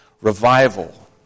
revival